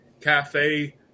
cafe